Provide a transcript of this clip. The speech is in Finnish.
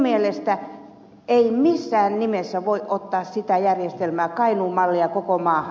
mielestäni ei missään nimessä voi ottaa sitä järjestelmää kainuun mallia koko maahan